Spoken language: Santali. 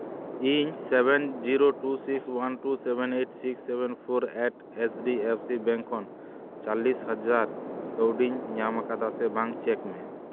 ᱤᱧ seven zero two six one two seven eight six seven four eight H D F C bank ᱠᱷᱚᱱ ᱪᱚᱞᱞᱤᱥ ᱦᱟᱡᱟᱨ ᱠᱟᱹᱣᱰᱤᱧ ᱧᱟᱢ ᱟᱠᱟᱫᱟ ᱥᱮ ᱵᱟᱝ ᱪᱮᱠ ᱢᱮ